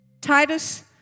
Titus